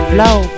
Flow